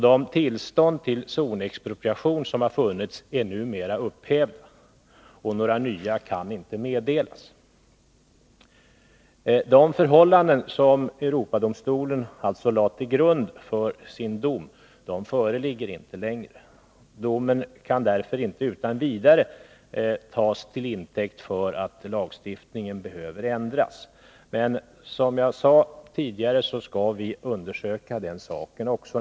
De tillstånd till zonexpropriation som har lämnats är numera upphävda, och några nya kan inte meddelas. De förhållanden som Europadomstolen lade till grund för sin dom föreligger alltså inte längre. Domen kan därför inte utan vidare tas till intäkt för att lagstiftningen behöver ändras, men som jag sade tidigare skall vi undersöka också den saken närmare.